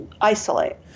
isolate